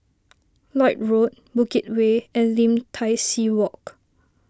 Lloyd Road Bukit Way and Lim Tai See Walk